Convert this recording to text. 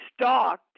stalked